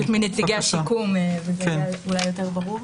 מנציגי השיקום וזה יהיה אולי יותר ברור.